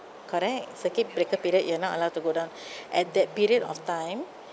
correct circuit breaker period you are not allowed to go down at that period of time